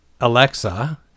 Alexa